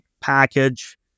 package